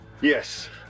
Yes